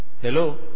Hello